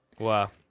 Wow